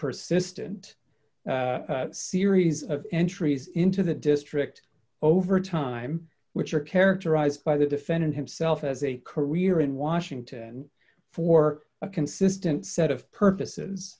persistent series of entries into the district over time which are characterized by the defendant himself as a career in washington for a consistent set of purposes